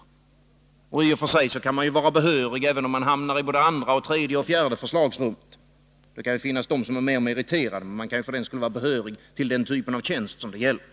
Man kan i och för sig vara behörig, även om man hamnar i andra, tredje eller fjärde förslagsrummet. Det kan finnas de som är mera meriterade, men för den skull kan man vara behörig till den typ av tjänst som det gäller.